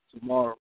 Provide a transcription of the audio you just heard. tomorrow